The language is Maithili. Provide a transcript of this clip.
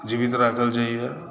जीवित राखल जाइए